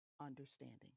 understanding